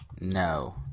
No